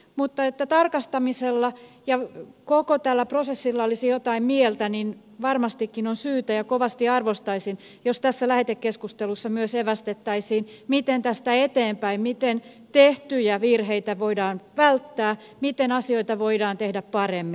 mutta jotta tarkastamisella ja koko tällä prosessilla olisi jotain mieltä niin varmastikin on syytä ja kovasti arvostaisin jos tässä lähetekeskustelussa myös evästettäisiin miten tästä eteenpäin miten tehtyjä virheitä voidaan välttää miten asioita voidaan tehdä paremmin